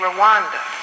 Rwanda